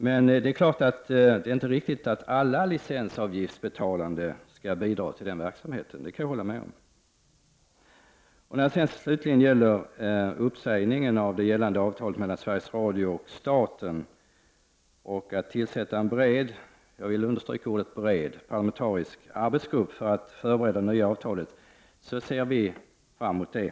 Men det är inte riktigt att alla licensavgiftsbetalande skall bidra till den verksamheten, det kan jag hålla med om. När det slutligen gäller frågan om uppsägning av det gällande avtalet mellan Sveriges Radio och staten och att tillsätta en bred, jag vill understryka detta, parlamentarisk arbetsgrupp för att förbereda det nya avtalet ser vi miljöpartister fram emot detta.